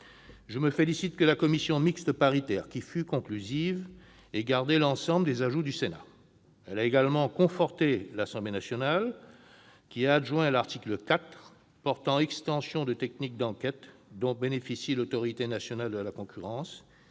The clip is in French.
Je me félicite que la commission mixte paritaire, qui fut conclusive, ait gardé l'ensemble des apports du Sénat. Elle a également conforté le travail de l'Assemblée nationale, qui a introduit l'article 4 portant extension de techniques d'enquête dont bénéficie l'Autorité nationale de la concurrence,